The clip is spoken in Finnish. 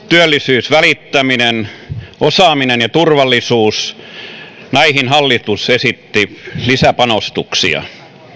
työllisyys välittäminen osaaminen ja turvallisuus näihin hallitus esitti lisäpanostuksia